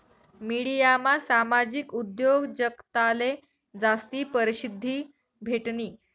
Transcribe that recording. मिडियामा सामाजिक उद्योजकताले जास्ती परशिद्धी भेटनी